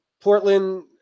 Portland